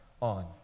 on